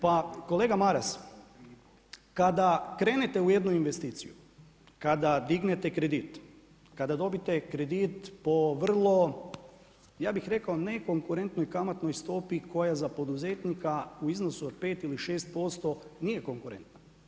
Pa kolega Maras, kada krenete u jednu investiciju, kada dignete kredit, kada dobite kredit po vrlo ja bih rekao nekonkurentnoj kamatnoj stopi koja je za poduzetnika u iznosu od 5 ili 6% nije konkurentna.